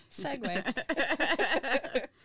segue